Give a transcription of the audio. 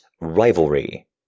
Rivalry